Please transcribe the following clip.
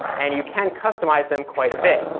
and you can customize them quite a bit.